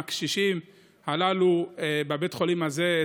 נרות עם הקשישים הללו בבית החולים הזה,